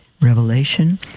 Revelation